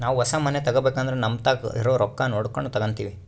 ನಾವು ಹೊಸ ಮನೆ ತಗಬೇಕಂದ್ರ ನಮತಾಕ ಇರೊ ರೊಕ್ಕ ನೋಡಕೊಂಡು ತಗಂತಿವಿ